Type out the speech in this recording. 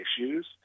issues